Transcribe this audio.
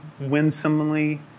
winsomely